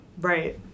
right